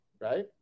right